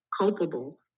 culpable